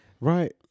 Right